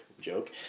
joke